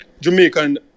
jamaican